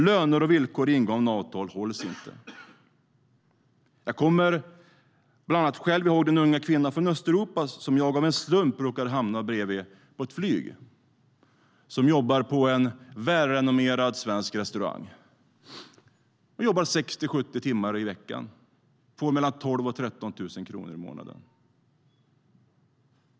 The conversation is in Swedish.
Löner och villkor i ingångna avtal hålls inte. Jag kommer bland annat själv ihåg den unga kvinna från Östeuropa som jag av en slump råkade hamna bredvid på ett flygplan. Hon jobbar på en välrenommerad svensk restaurang. Där jobbar hon 60-70 timmar i veckan och får 12 000-13 000 i månaden.